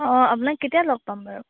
অঁ আপোনাক কেতিয়া লগ পাম বাৰু